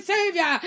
Savior